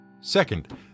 Second